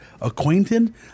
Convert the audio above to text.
Acquainted